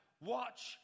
watch